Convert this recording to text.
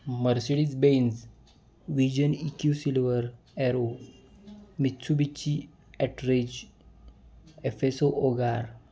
Mercedes Benz Vision E Q Silver Arrow Mitsubishi Attrage एफेसो ओगार